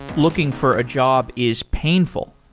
looking for a job is painful,